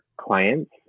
clients